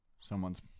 someone's